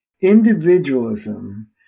Individualism